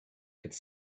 could